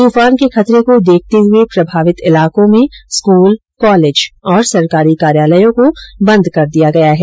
तूफान के खतरे को देखते हुए प्रभावित इलाकों में स्कूल कॉलेज और सरकारी कार्यालयों को बन्द कर दिया गया है